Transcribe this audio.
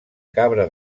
cabra